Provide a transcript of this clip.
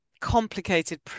complicated